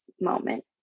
moment